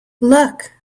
look